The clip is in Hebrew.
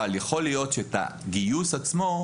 אבל יכול להיות שאת הגיוס עצמו,